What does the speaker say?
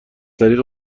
طریق